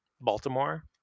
Baltimore